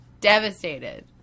Devastated